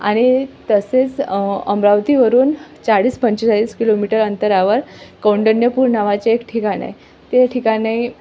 आणि तसेच अमरावतीवरून चाळीस पंचेचाळीस किलोमीटर अंतरावर कौंडिण्यपूर नावाचे एक ठिकाण आहे ते ठिकाणी